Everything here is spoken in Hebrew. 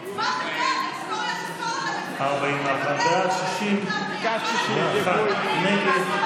41 בעד, 61 נגד.